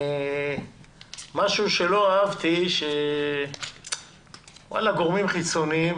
משהו שלא אהבתי, גורמים חיצוניים